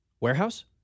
Warehouse